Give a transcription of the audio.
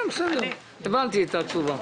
הבנתי את התשובה.